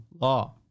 law